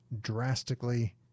Drastically